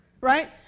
right